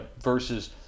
versus